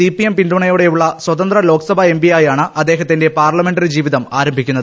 CPM പിന്തുണയോടെയുളള സ്വതന്ത്ര ലോക്സഭാ എംപിയായി ആണ് അദ്ദേഹത്തിന്റെ പാർലമെന്റി ജീവിതം ആരംഭിക്കുന്നത്